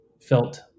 felt